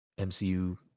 MCU